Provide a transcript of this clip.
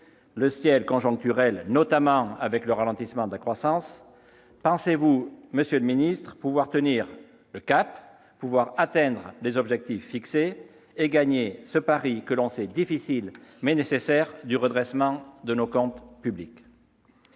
le ciel conjoncturel, notamment avec le ralentissement de la croissance, pensez-vous, monsieur le secrétaire d'État, pouvoir tenir le cap, atteindre les objectifs fixés et gagner ce pari difficile, mais nécessaire, du redressement de nos comptes publics ?